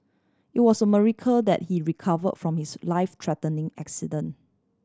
it was a miracle that he recover from his life threatening accident